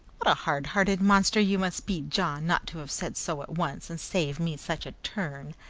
what a hard-hearted monster you must be, john, not to have said so at once, and save me such a turn!